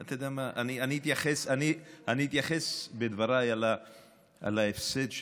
אני אתייחס בדבריי להפסד,